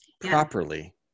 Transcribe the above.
properly